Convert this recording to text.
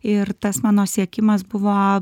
ir tas mano siekimas buvo